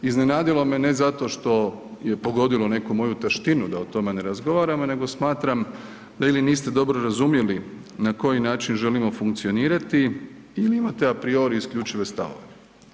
Iznenadilo me ne zato što je pogodilo neku moju taštinu da o tome ne razgovaramo nego smatram da ili niste dobro razumjeli na koji način želimo funkcionirati ili imate a priori isključive stavove.